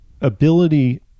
ability